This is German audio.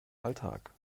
alltag